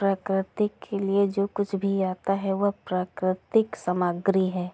प्रकृति के लिए जो कुछ भी आता है वह प्राकृतिक सामग्री है